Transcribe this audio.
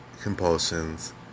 Compulsions